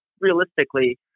realistically